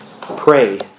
pray